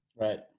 Right